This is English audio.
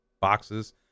boxes